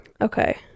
okay